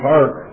Park